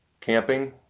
Camping